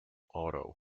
auto